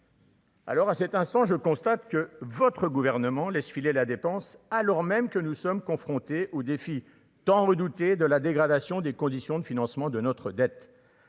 Alors, à cet instant, je constate que votre gouvernement laisse filer la dépense, alors même que nous sommes confrontés aux défis tant redouté de la dégradation des conditions de financement de notre dette,